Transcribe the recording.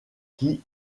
qui